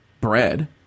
bread